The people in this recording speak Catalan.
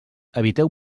eviteu